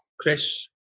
chris